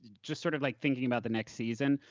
just sort of like thinking about the next season,